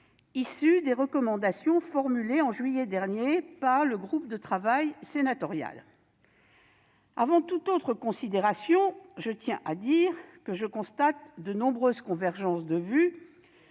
issues des recommandations formulées en juillet dernier par le groupe de travail sénatorial. Avant toute autre considération, je tiens à dire que je constate de nombreuses convergences de vues